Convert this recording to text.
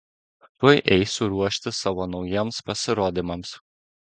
tuoj eisiu ruoštis savo naujiems pasirodymams